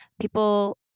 people